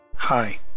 Hi